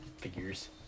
figures